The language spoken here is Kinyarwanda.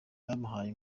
bamuhaye